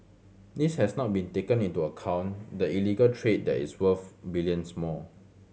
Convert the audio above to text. this has not been taken into account the illegal trade that is worth billions more